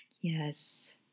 Yes